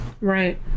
Right